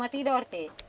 but you don't be